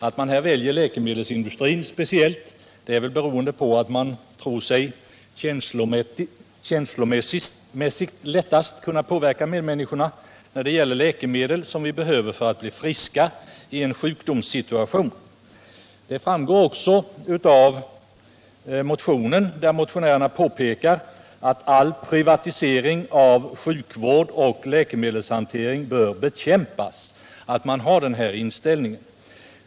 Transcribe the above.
Att man här väljer läkemedelsindustrin speciellt beror väl på att man tror sig känslomässigt lättast kunna påverka människorna när det gäller läkemedel, som vi behöver för att bli friska i en sjukdomssituation. Det framgår också av motionen, där motionärerna påpekar att ”all privatisering av sjukvård och läkemedelshantering bör bekämpas”, att man har den här inställningen.